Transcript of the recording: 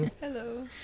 Hello